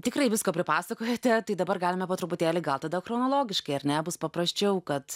tikrai visko pripasakojote tai dabar galime po truputėlį gal tada chronologiškai ar ne bus paprasčiau kad